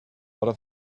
things